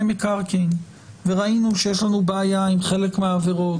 מקרקעין וראינו שיש לנו בעיה עם חלק מהעבירות,